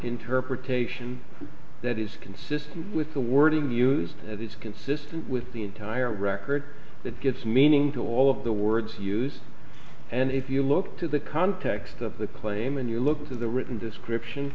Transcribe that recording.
interpretation that is consistent with the wording used and it's consistent with the entire record that gives meaning to all of the words used and if you look to the context of the claim and you look to the written description